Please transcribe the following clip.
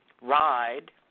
ride